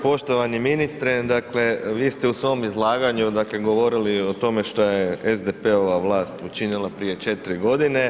Poštovani ministre dakle vi ste u svom izlaganju dakle govorili o tome šta je SDP-ova vlast učinila prije 4 godine.